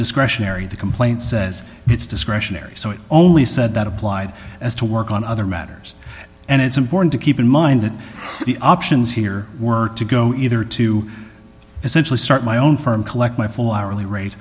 discretionary the complaint says it's discretionary so it only said that applied as to work on other matters and it's important to keep in mind that the options here were to go either to essentially start my own firm collect my full hourly